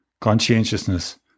conscientiousness